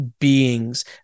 beings